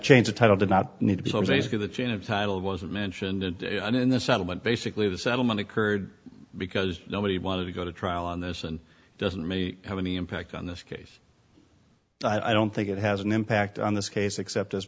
change the title did not need to be so basically the chain of title wasn't mentioned in the settlement basically the settlement occurred because nobody wanted to go to trial on this and it doesn't have any impact on this case so i don't think it has an impact on this case except as